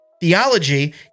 theology